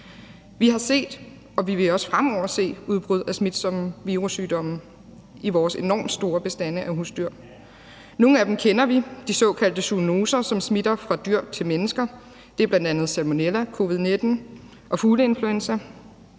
fremover se udbrud af smitsomme virussygdomme i vores enormt store bestande af husdyr. Nogle af dem kender vi, nemlig de såkaldte zoonoser, som smitter fra dyr til mennesker, som bl.a. salmonella, covid-19 og fugleinfluenza,